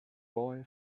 boy